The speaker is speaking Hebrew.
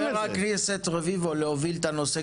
אנחנו ניתן לחבר הכנסת רביבו להוביל את הנושא,